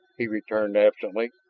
he returned absently.